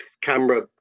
camera